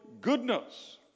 goodness